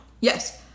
Yes